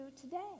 today